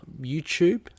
YouTube